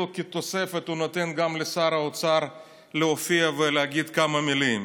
כאילו כתוספת הוא נותן גם לשר האוצר להופיע ולהגיד כמה מילים,